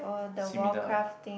similar